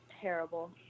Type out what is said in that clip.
terrible